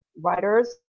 writers